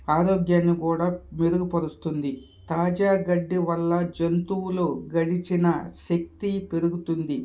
ఆరోగ్యాన్ని కూడా మెరుగుపరుస్తుంది తాజా గడ్డి వల్ల జంతువులు గడించిన శక్తి పెరుగుతుంది